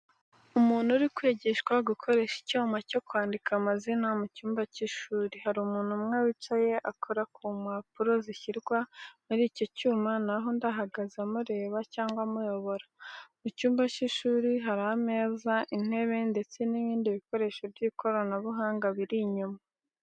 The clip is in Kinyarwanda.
Umuntu uri kwigishwa gukoresha icyuma cyo kwandika amazina mu cyumba cy’ishuri. Hari umuntu umwe wicaye akora ku mpapuro zishyirwa muri icyo cyuma, naho undi ahagaze amureba cyangwa amuyobora. Mu cyumba cy’ishuri, hari ameza, intebe, ndetse n’ibindi bikoresho by’ikoranabuhanga biri inyuma.